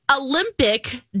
Olympic